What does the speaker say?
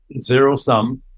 zero-sum